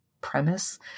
premise